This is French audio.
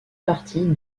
partie